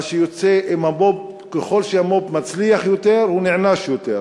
מה שיוצא, ככל שהמו"פ מצליח יותר הוא נענש יותר.